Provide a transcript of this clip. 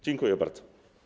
Dziękuję bardzo.